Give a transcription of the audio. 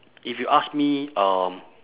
if you ask me um